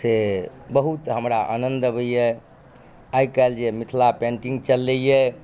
से बहुत हमरा आनन्द अबइए आइ काल्हि जे मिथिला पेन्टिंग चललइए